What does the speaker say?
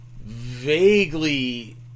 vaguely